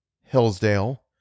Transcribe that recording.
Hillsdale